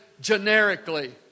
generically